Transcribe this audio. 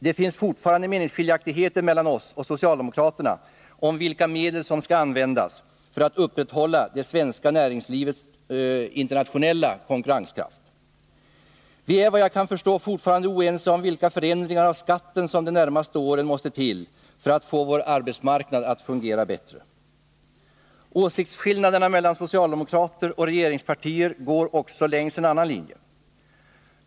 Det finns fortfarande meningsskiljaktigheter mellan oss och socialdemokraterna om vilka medel som skall användas för att upprätthålla det svenska näringslivets internationella konkurrenskraft. Vi är vad jag kan förstå fortfarande oense om vilka förändringar av skatten som de närmaste åren måste till för att få vår arbetsmarknad att fungera bättre. Åsiktsskillnaderna. mellan socialdemokrater och regeringspartier går också längs en annan linje.